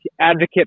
advocate